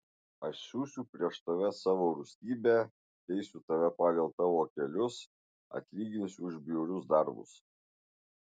aš siųsiu prieš tave savo rūstybę teisiu tave pagal tavo kelius atlyginsiu už bjaurius darbus